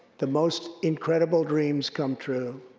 the most incredible dreams come true.